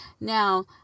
Now